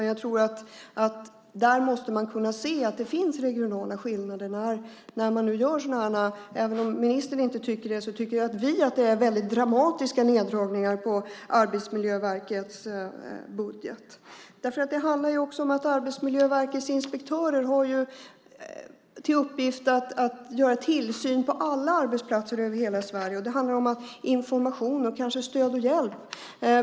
Jag tror att man måste kunna se att det finns regionala skillnader när man nu gör sådana här neddragningar. Även om ministern inte tycker det så tycker vi att det är dramatiska neddragningar på Arbetsmiljöverkets budget. Det handlar också om att Arbetsmiljöverkets inspektörer har till uppgift att göra tillsyn på alla arbetsplatser över hela Sverige. Det handlar om information och kanske om stöd och hjälp.